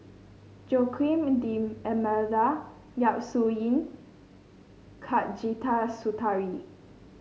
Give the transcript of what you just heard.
Joaquim D'Almeida Yap Su Yin